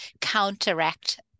counteract